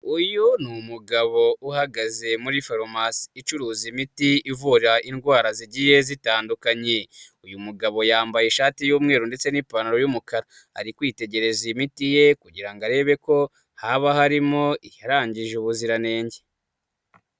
Uyu ni umugabo uhagaze muri farumasi, icuruza imiti ivura indwara zigiye zitandukanye, uyu mugabo yambaye ishati y'umweru ndetse n'ipantaro yumukara, ari kwitegereza iyi imiti ye kugirango arebe ko haba harimo yarangije ubuziranenge.